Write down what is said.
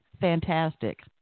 fantastic